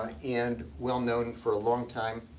and well known for a long time.